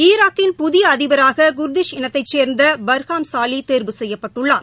ஈராக்கின் புதிய அதிபராக குர்திஷ் இனத்தைச் சேர்ந்த பர்ஹாம் சாலி தேர்வு செய்யப்பட்டுள்ளார்